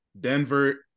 Denver